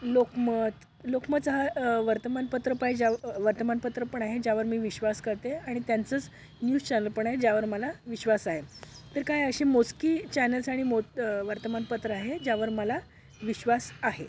लोकमत लोकमतचा हा वर्तमानपत्र पायज्याव वर्तमानपत्र पण आहे ज्यावर मी विश्वास करते आणि त्यांचंच न्यूज चॅनल पण आहे ज्यावर मला विश्वास आहे तर काय अशी मोजकी चॅनल्स आणि मोत वर्तमानपत्रं आहेत ज्यावर मला विश्वास आहे